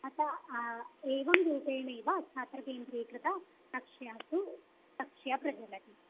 अतः एवं रूपेणैव छात्रकेन्द्रीकृता कक्षा कक्षा प्रचलति